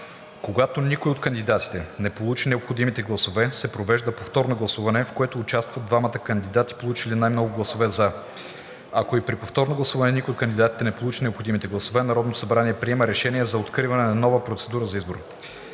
Когато никой от кандидатите не получи необходимите гласове, се провежда повторно гласуване, в което участват двамата кандидати, получили най-много гласове „за“. 8. Ако и при повторното гласуване никой от кандидатите не получи необходимите гласове, Народното събрание приема Решение за откриване на нова процедура за избор.